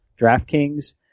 DraftKings